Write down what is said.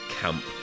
camp